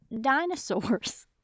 dinosaurs